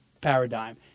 paradigm